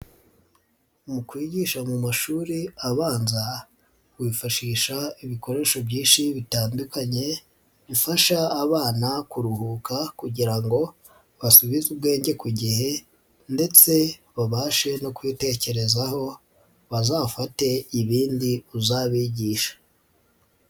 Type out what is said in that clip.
Mu kwigisha mu mashuri abanza wifashisha ibikoresho byinshi bitandukanye, bifasha abana kuruhuka kugira ngo basubize ubwenge ku gihe ndetse babashe no kwitekerezaho bazafate ibindi uzabigisha.